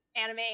anime